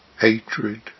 hatred